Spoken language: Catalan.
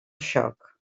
xoc